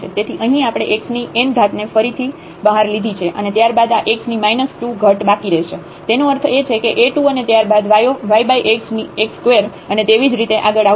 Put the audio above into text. તેથી અહીં આપણે x ની n ઘાત ને ફરીથી બહાર લીધી છે અને ત્યરબાદ આ x ની 2 ઘટ બાકી રહેશે તેનો અર્થ એ છે કે a2 અને ત્યારબાદ yx2 અને તેવી જ રીતે આગળ આવશે